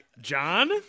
John